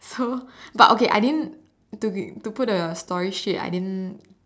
so but okay I didn't to be put the story straight I didn't